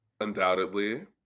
undoubtedly